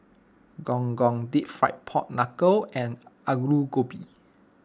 Gong Gong Deep Fried Pork Knuckle and Aloo Gobi